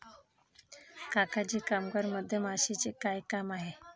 काका जी कामगार मधमाशीचे काय काम आहे